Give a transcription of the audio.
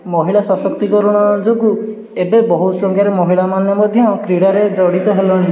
ମହିଳା ସଶକ୍ତିକରଣ ଯୋଗୁଁ ଏବେ ବହୁତ ସଂଖ୍ୟାରେ ମହିଳା ମଧ୍ୟ କ୍ରୀଡ଼ାରେ ଜଡ଼ିତ ହେଲେଣି